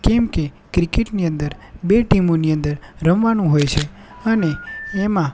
કેમ કે ક્રિકેટની અંદર બે ટીમોની અંદર રમવાનું હોય છે અને એમાં